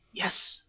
yes,